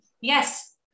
yes